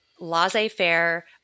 laissez-faire